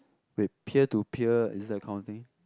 with peer to peer it is that kind of thing